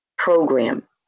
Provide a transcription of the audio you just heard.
program